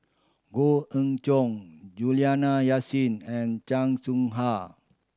Goh Ee Choo Juliana Yasin and Chan Soh Ha